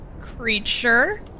creature